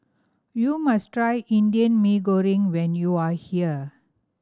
you must try Indian Mee Goreng when you are here